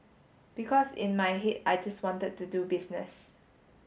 because in my head I just wanted to do business